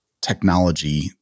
technology